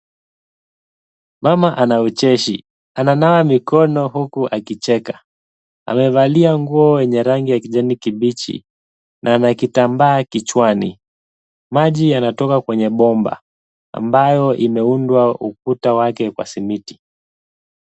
Mama ana ucheshi. Ananawa mikono huku akicheka. Amevalia nguo yenye rangi ya kijani kibichi na ana kitambaa kichwani. Maji yanatoka kwenye bomba, ambayo imeundwa ukuta wake kwa simiti.